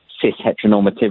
cis-heteronormativity